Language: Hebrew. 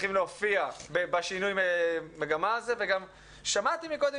שצריכים בשינוי מגמה הזה וגם שמעתי מקודם